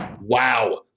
Wow